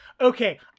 Okay